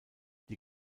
die